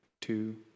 two